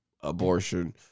abortion